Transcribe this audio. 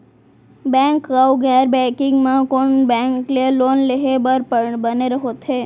Bank अऊ गैर banking म कोन बैंक ले लोन लेहे बर बने होथे?